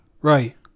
right